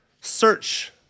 Search